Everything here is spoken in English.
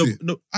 no